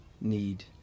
need